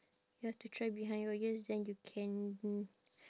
you have to try behind your ears then you can mm